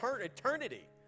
eternity